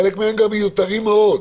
חלק מהם גם מיותרים מאוד,